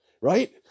right